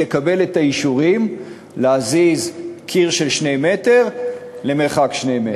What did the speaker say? לקבל את האישורים להזיז קיר של שני מטר למרחק שני מטר.